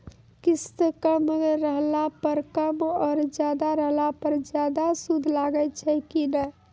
किस्त कम रहला पर कम और ज्यादा रहला पर ज्यादा सूद लागै छै कि नैय?